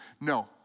No